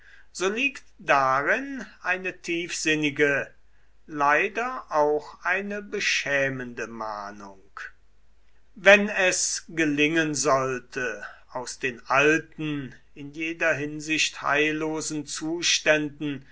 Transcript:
so liegt darin eine tiefsinnige leider auch eine beschämende mahnung wenn es gelingen sollte aus den alten in jeder hinsicht heillosen zuständen